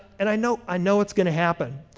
and i know i know it's going to happen.